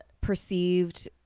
perceived